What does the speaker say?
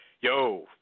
yo